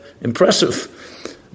impressive